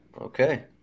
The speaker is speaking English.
Okay